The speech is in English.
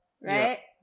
right